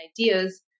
ideas